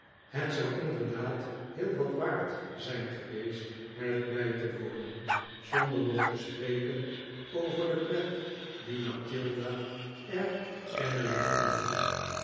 het zou inderdaad heel wat waard zijn geweest het bij te wonen zonder nog te spreken over de pret die mathilda er kennelijk in had